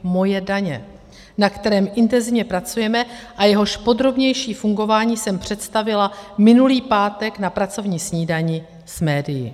Moje daně, na kterém intenzivně pracujeme a jehož podrobnější fungování jsem představila minulý pátek na pracovní snídani s médii.